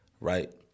Right